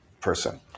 person